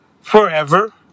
forever